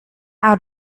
out